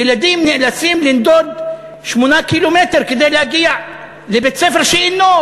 ילדים נאלצים לנדוד 8 קילומטר כדי להגיע לבית-ספר שאינו,